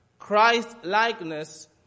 Christ-likeness